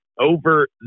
over